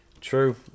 True